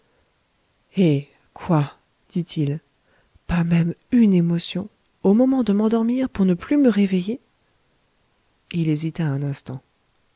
eh quoi dit-il pas même une émotion au moment de m'endormir pour ne plus me réveiller il hésita un instant